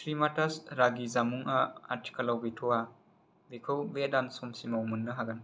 श्रिमाथास रागि जामुंआ आथिखालाव गैथ'वा बेखौ बे दान समसिमाव मोननो हागोन